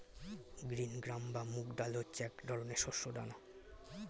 green gram বা মুগ ডাল হচ্ছে এক ধরনের শস্য দানা